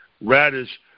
radish